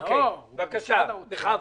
בבקשה, בכבוד.